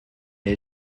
est